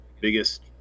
biggest